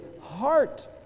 heart